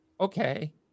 okay